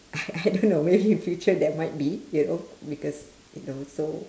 I I don't know maybe in future there might you know because you know so